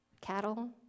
cattle